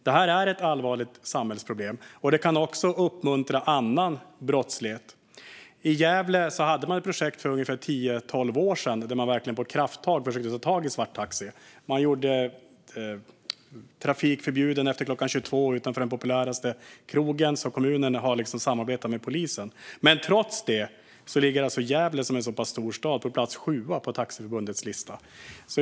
Detta är ett allvarligt samhällsproblem, och det kan också uppmuntra annan brottslighet. I Gävle hade man ett projekt för tio tolv år sedan där man verkligen försökte ta krafttag mot svarttaxi. Man förbjöd trafik efter kl. 22 utanför den populäraste krogen, och kommunen har samarbetat med polisen. Men trots detta ligger alltså Gävle, som är en så pass stor stad, på sjunde plats på Taxiförbundets lista.